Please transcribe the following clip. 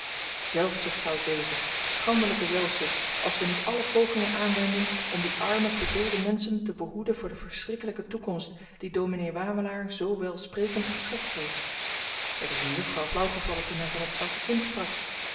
zelfzucht zou het wezen schandelyke zelfzucht als we niet alle pogingen aanwendden om die arme verdoolde menschen te behoeden voor de verschrikkelyke toekomst die dominee wawelaar zoo welsprekend geschetst heeft er is een juffrouw flauw gevallen toen hy van dat zwarte kind sprak